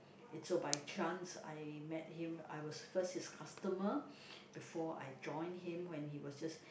it so by chance I met him I was first his customer before I join him when he was just